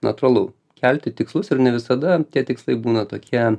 natūralu kelti tikslus ir ne visada tie tikslai būna tokie